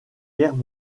guerres